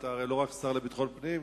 אתה הרי לא רק שר לביטחון פנים,